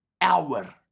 hour